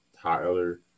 Tyler